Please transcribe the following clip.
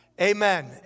Amen